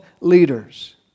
leaders